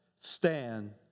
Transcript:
stand